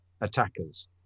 attackers